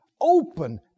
Open